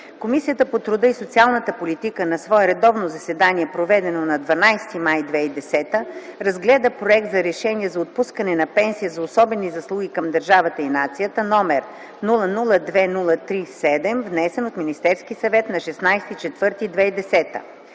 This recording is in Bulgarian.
Комисията по труда и социалната политика на свое редовно заседание, проведено на 12 май 2010 г., разгледа проект за решение за отпускане на пенсия за особени заслуги към държавата и нацията, № 002-03-7, внесен от Министерския съвет на 16 април 2010